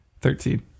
Thirteen